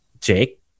Jake